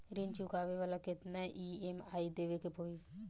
ऋण चुकावेला केतना ई.एम.आई देवेके होई?